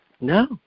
No